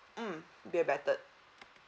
mm beer battered